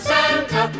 Santa